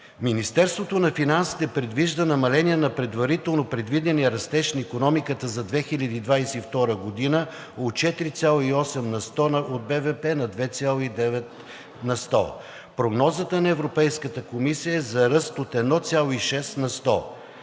Министерството на финансите предвижда намаление на предварително предвидения растеж на икономиката за 2022 г. от 4,8% от БВП на 2,9 %. Прогнозата на Европейската комисия е за ръст от 1,6%.